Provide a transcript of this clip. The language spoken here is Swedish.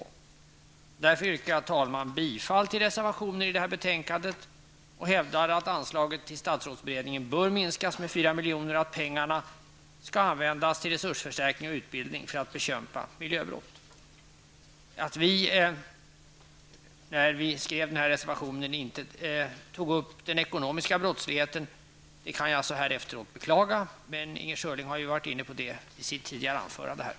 Jag yrkar därför, herr talman, bifall till reservationen till betänkandet och hävdar att anslaget till statsrådsberedningen bör minskas med 4 milj.kr. och att pengarna skall användas till resursförstärkning och utbildning i syfte att bekämpa miljöbrott. Att vi när vi skrev reservationen inte tog upp den ekonomiska brottsligheten kan jag så här i efterhand beklaga, men Inger Schörling har ju tagit upp detta i sitt anförande tidigare under dagen.